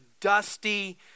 dusty